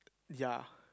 ya